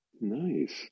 Nice